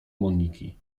moniki